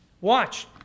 Watch